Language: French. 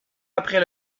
après